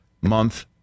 month